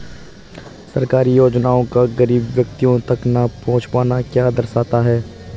सरकारी योजनाओं का गरीब व्यक्तियों तक न पहुँच पाना क्या दर्शाता है?